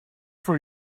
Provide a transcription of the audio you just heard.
for